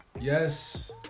yes